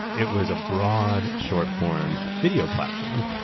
it was a broad short-form video platform.